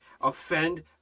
offend